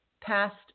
past